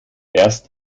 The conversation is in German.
erst